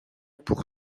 pour